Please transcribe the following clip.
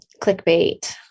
clickbait